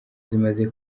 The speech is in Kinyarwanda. zimaze